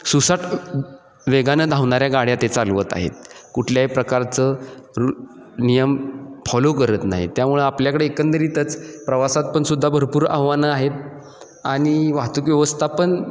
सुसाट वेगानं धावणाऱ्या गाड्या ते चालवत आहेत कुठल्याही प्रकारचं रु नियम फॉलो करत नाही त्यामुळे आपल्याकडे एकंदरीतच प्रवासात पण सुद्धा भरपूर आव्हानं आहेत आणि वाहतूक व्यवस्थापन